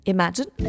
Imagine